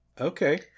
Okay